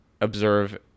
observe